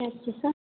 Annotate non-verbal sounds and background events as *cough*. *unintelligible*